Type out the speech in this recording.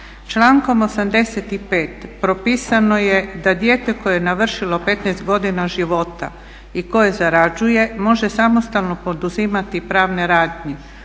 člankom 85.propisano je da dijete koje je navršilo 15 godina života i koje zarađuje može samostalno poduzimati pravne radnje